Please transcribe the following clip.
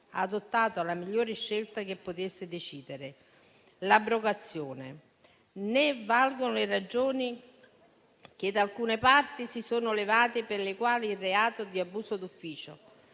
adottato la migliore scelta che potesse decidere: l'abrogazione. Né valgono le ragioni che da alcune parti si sono levate, per le quali il reato di abuso d'ufficio